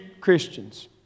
Christians